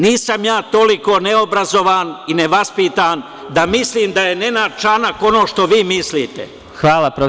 Nisam ja toliko neobrazovan i nevaspitan da mislim da je Nenad Čanak ono što vi mislite.